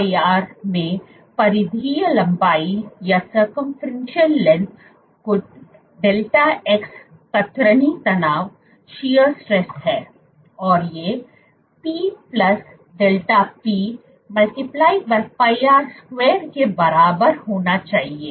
तो 2πr में परिधीय लंबाई कुल δx कतरनी तनाव है और यह p δp × πr2 के बराबर होना चाहिए